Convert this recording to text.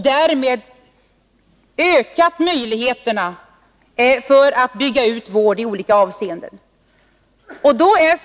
Därmed har möjligheterna för dem ökat att i olika avseenden bygga ut vården.